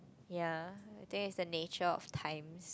ya I think it's the nature of times